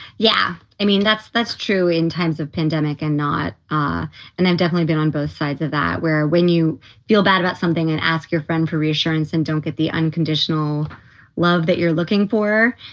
yeah. i mean, that's that's true in times of pandemic and not ah and i've definitely been on both sides of that where when you feel bad about something and ask your friend for reassurance and don't get the unconditional love that you're looking for,